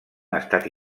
estat